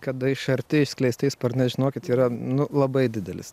kada iš arti išskleistais sparnais žinokit yra nu labai didelis